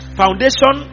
foundation